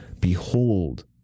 behold